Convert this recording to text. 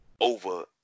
over